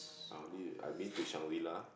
I only I been to Shangri-La